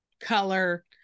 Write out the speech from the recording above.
color